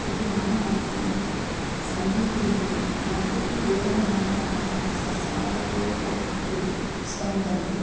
इति मम मनसि अस्ति सङ्गीतेन न तु केवलमानवाः सस्यादयोः अपि स्पन्दन्ति